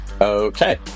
Okay